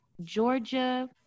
Georgia